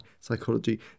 psychology